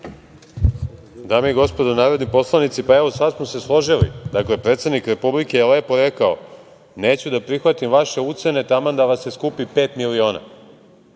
Dame i gospodo narodni poslanici, evo, sad smo se složili, dakle, predsednik Republike je lepo rekao – neću da prihvatim vaše ucene, taman da vas se skupi pet miliona.